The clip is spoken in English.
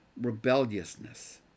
rebelliousness